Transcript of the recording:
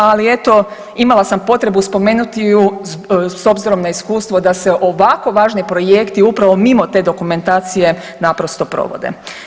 Ali eto imala sam potrebu spomenuti ju s obzirom na iskustvo da se ovako važni projekti upravo mimo te dokumentacije naprosto provode.